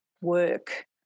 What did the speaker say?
work